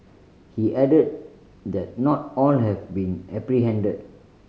he added that not all have been apprehended